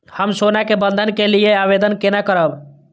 हम सोना के बंधन के लियै आवेदन केना करब?